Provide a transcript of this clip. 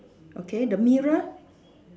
okay the mirror